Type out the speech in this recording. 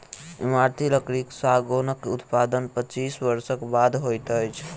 इमारती लकड़ी सागौनक उत्पादन पच्चीस वर्षक बाद होइत अछि